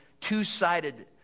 two-sided